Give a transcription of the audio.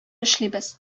эшлибез